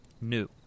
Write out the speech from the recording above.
new